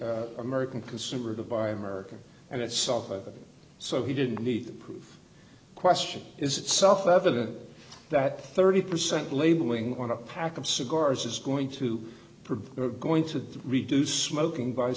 the american consumer to buy american and itself so he didn't need to prove question is it's self evident that thirty percent labeling on a pack of cigars is going to produce going to reduce smoking by